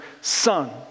son